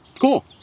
cool